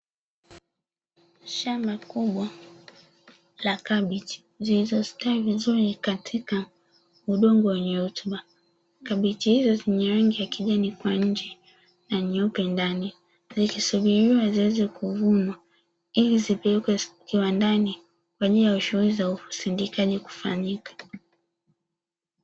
Shamba kubwa la kabichi zilizostawi vizuri katika udongo wenye rutuba, kabichi hizo zenye rangi ya kijani kwa nje na nyeupe ndani zikisubiriwa ziweze kuvunwa ili zipelekwe kiwandani kwa ajili ya shughuli za usindikaji kufanyika.